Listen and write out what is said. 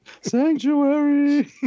Sanctuary